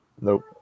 Nope